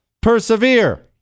Persevere